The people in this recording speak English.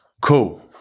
Cool